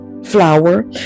flour